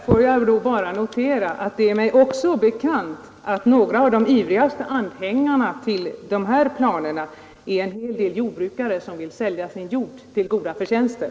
Fru talman! Får jag bara notera att det är mig bekant att några av de ivrigaste anhängarna av de omtalade planerna är en del jordbrukare, som vill sälja sin jord till goda förtjänster.